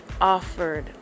offered